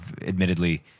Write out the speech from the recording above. admittedly